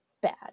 bad